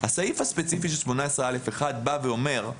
הסעיף הספציפי של 18א1 אומר,